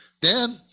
Dan